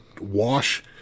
wash